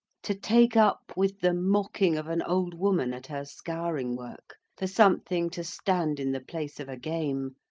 to take up with the mocking of an old woman at her scouring-work, for something to stand in the place of a game,